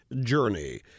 journey